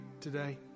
today